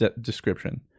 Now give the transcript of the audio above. description